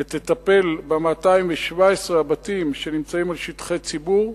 ותטפל ב-217 הבתים שנמצאים על שטחי ציבור,